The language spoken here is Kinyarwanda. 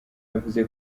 yavuze